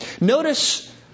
Notice